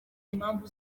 impamvu